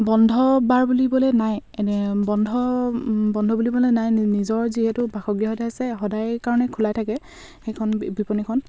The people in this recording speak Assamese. বন্ধ বাৰ বুলিবলৈ নাই এনে বন্ধ বন্ধ বুলিবলৈ নাই নিজৰ যিহেতু বাসগৃহতে আছে সদায় কাৰণে খোলাই থাকে সেইখন বিপণীখন